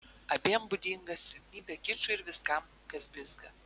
abiem būdinga silpnybė kičui ir viskam kas blizga